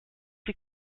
die